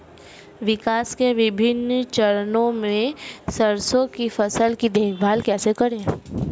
विकास के विभिन्न चरणों में सरसों की फसल की देखभाल कैसे करें?